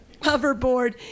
hoverboard